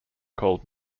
called